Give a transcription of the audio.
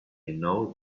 know